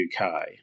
UK